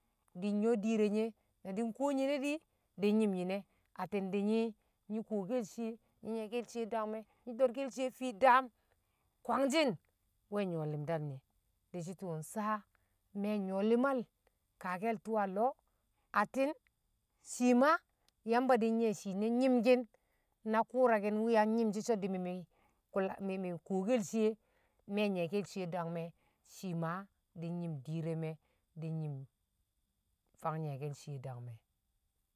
di̱ nyṵwo̱ di̱i̱r re̱ nye̱ na di̱ nkuwo di̱nyi̱m yni ne, atti̱n di̱ nyi̱, nyi̱ ko̱kel shiye nyi nyi̱ke̱l shiye dangme̱, nyi̱ do̱rke̱l shi̱ye fi̱i̱ daam kwangshi̱n we̱ nyṵwo̱ li̱mdal nye̱, di̱shi̱ tṵṵ sa me̱ nyṵwo̱ li̱mal kaakel tṵṵ a lo̱ atti̱n shi̱ ma yamba di̱ nyi̱ye̱ shiine nyi̱mkii̱n na kṵṵra ki̱n wu yang ye̱ shi̱ so̱ di̱ mi̱, mi̱n kulagi kuwokel shiye me̱ nyi̱ye̱ke̱ shiye dangme shi̱ ma di̱n nyi̱m diir reme̱ di̱ nyi̱m fang nyi̱ye̱ke̱l shiye dangme̱.